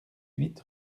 huit